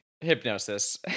hypnosis